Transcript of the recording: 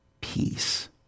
Peace